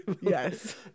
Yes